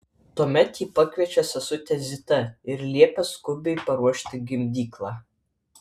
tuomet ji pakviečia sesutę zitą ir liepia skubiai paruošti gimdyklą